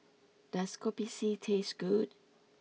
does Kopi C taste good